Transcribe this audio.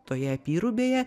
toje apyrubėje